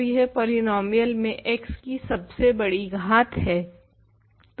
तो यह पॉलीनोमियल में x की सबसे बड़ी घात है